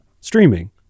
streaming